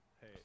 Hey